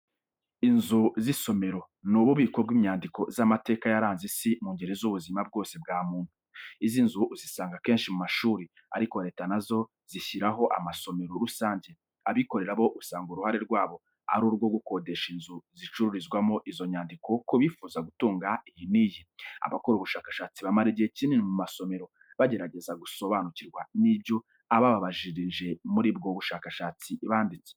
Inzu z'isomero, ni ububiko bw'inyandiko z'amateka yaranze isi mu ngeri z'ubuzima bwose bwa muntu. Izi nzu uzisanga kenshi mu mashuri, ariko Leta na zo zishyiraho amasomero rusange. Abikorera bo usanga uruhare rw'abo ari urwo gukodesha inzu zicururizwamo izo nyandiko ku bifuza gutunga iyi n'iyi. Abakora ubushakashatsi bamara igihe kinini mu masomero, bagerageza gusobanukirwa n'ibyo abababanjirije muri ubwo bushakashatsi banditse.